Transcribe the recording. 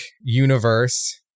universe